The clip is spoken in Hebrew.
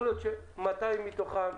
יכול להיות ש-200 מתוכם,